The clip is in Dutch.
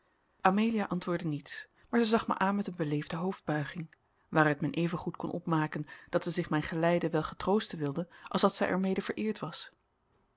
amelia antwoordde niets maar zij zag mij aan met een beleefde hoofdbuiging waaruit men evengoed kon opmaken dat zij zich mijn geleide wel getroosten wilde als dat zij er mede vereerd was